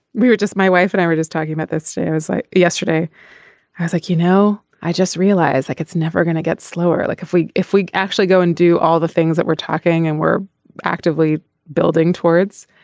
we were just my wife and i were just talking about this. it was like yesterday i was like you know i just realized like it's never gonna get slower. like if we if we actually go and do all the things that we're talking and we're actively building towards.